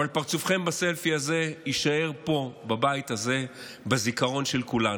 אבל פרצופכם בסלפי הזה יישאר פה בבית הזה בזיכרון של כולנו.